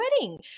wedding